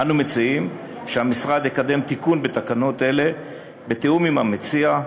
אנו מציעים שהמשרד יקדם תיקון בתקנות אלה בתיאום עם המציע,